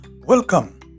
welcome